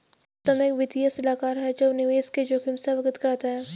सत्यम एक वित्तीय सलाहकार है जो निवेश के जोखिम से अवगत कराता है